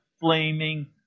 flaming